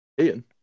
Ian